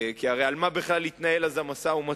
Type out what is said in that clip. כי הרי על מה בכלל יתנהל אז המשא-ומתן?